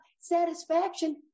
satisfaction